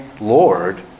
Lord